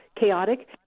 chaotic